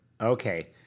Okay